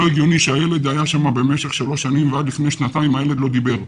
לא הגיוני שהילד היה שם במשך שלוש שנים ועד לפני שנתיים הילד לא דיבר.